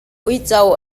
uico